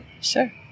Sure